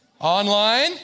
Online